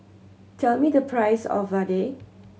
tell me the price of vadai